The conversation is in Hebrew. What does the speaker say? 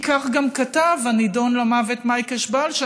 כי כך גם כתב הנידון למוות מייק אשבל: